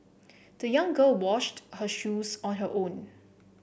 the young girl washed her shoes on her own